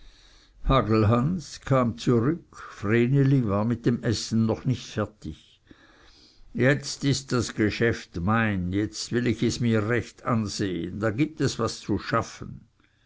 kam zurück vreneli war mit dem essen noch nicht fertig jetzt ist das geschäft mein jetzt will ich mir es recht ansehen da gibt es was zu schaffen